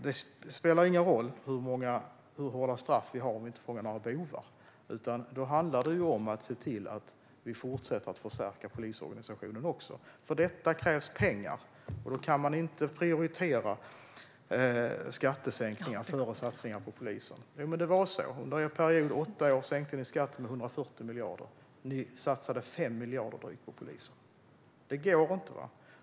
Det spelar dock ingen roll hur hårda straff vi har om vi inte fångar några bovar. Då handlar det om att fortsätta förstärka polisorganisationen. För detta krävs pengar, och då kan man inte prioritera skattesänkningar före satsningar på polisen. Under er period, åtta år, sänkte ni skatter med 140 miljarder, och ni satsade drygt 5 miljarder på polisen. Det går inte.